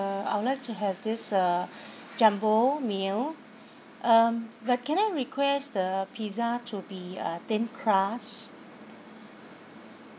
I'll like to have this uh jumbo meal uh but can I request the pizza to be uh thin crust